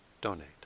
donate